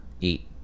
eat